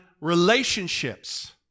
relationships